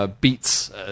Beats